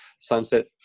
sunset